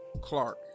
Clark